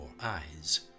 eyes